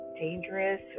dangerous